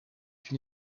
une